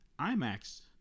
IMAX